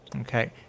Okay